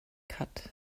cut